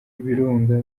ibirunga